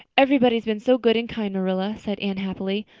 everybody has been so good and kind, marilla, sighed anne happily,